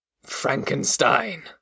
frankenstein